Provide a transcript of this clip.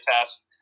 test